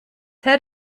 head